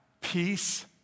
peace